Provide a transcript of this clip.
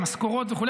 המשכורות וכו',